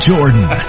Jordan